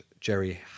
Jerry